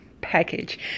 package